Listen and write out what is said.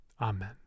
Amen